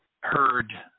heard